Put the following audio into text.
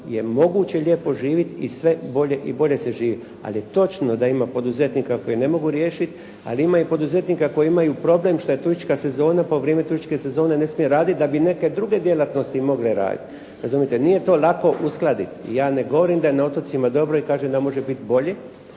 je moguće lijepo živjeti i sve bolje i bolje se živi. Ali je točno da ima poduzetnika koji ne mogu riješiti ali ima i poduzetnika koji imaju problem što je turistička sezona, pa u vrijeme turističke sezone ne smiju raditi da bi neke druge djelatnosti mogle raditi. Razumite, nije to lako uskladiti i ja ne govorim da je na otocima dobro i kažem da može biti bolje,